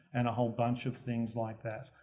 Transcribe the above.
and a whole bunch of things like that.